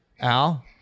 Al